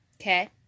Okay